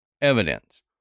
evidence